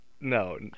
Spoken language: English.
No